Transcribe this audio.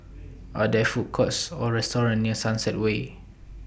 Are There Food Courts Or restaurants near Sunset Way